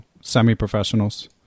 semi-professionals